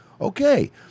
okay